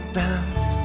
dance